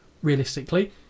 realistically